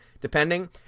depending